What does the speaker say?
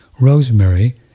Rosemary